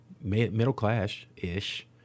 middle-class-ish